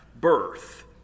birth